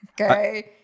Okay